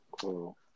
Cool